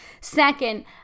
Second